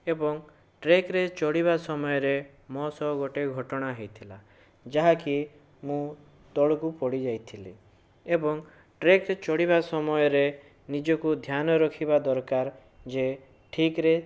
ଏବଂ ଟ୍ରେକରେ ଚଢ଼ିବା ସମୟରେ ମୋ ସହ ଗୋଟିଏ ଘଟଣା ହେଇଥିଲା ଜାହାକି ମୁଁ ତଳକୁ ପଡ଼ିଯାଇଥିଲି ଏବଂ ଟ୍ରେକରେ ଚଢ଼ିବା ସମୟରେ ନିଜକୁ ଧ୍ୟାନ ରଖିବା ଦରକାର ଯେ ଠିକରେ